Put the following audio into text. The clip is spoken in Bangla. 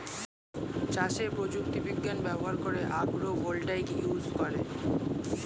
চাষে প্রযুক্তি বিজ্ঞান ব্যবহার করে আগ্রো ভোল্টাইক ইউজ করে